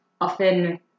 often